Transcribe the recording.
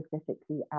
specifically